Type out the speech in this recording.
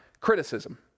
criticism